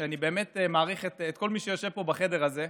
אני באמת מעריך את כל מי שיושב פה בחדר הזה,